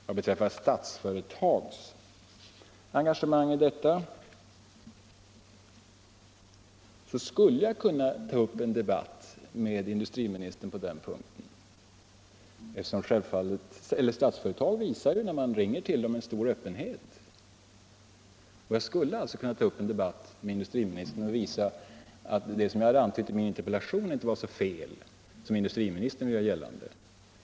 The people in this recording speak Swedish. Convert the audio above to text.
Vad beträffar Statsföretags engagemang skulle jag kunna ta upp en debatt med industriministern på den punkten — Statsföretag visar ju en stor öppenhet när man ringer till dem — och visa att det som jag hade antytt i min interpellation inte var så felaktigt som industriministern gör gällande.